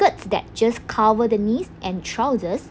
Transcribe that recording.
skirts that just cover the knees and trousers